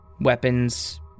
Weapons